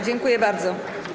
Dziękuję bardzo.